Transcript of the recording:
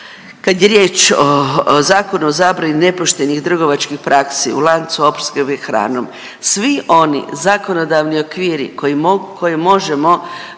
Kad je riječ o Zakonu o zabrani nepoštenih trgovačkih praski u lancu opskrbe hranom, svi oni zakonodavni okviri koji mogu,